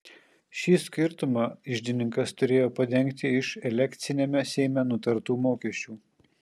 šį skirtumą iždininkas turėjo padengti iš elekciniame seime nutartų mokesčių